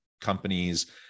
companies